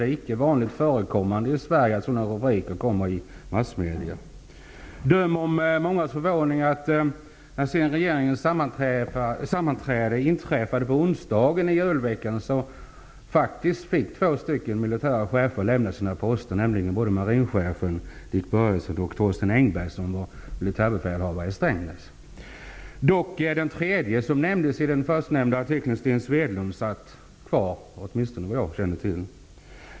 Det är icke vanligt förekommande i Sverige med sådana rubriker i massmedierna. Döm om mångas förvåning när sedan två militära chefer faktiskt fick lämna sina poster efter regeringens sammanträde på onsdagen i julveckan. Den tredje som nämndes i den förstnämnda artikeln, Sten Swedlund, fick dock sitta kvar, åtminstone enligt vad jag känner till.